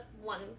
one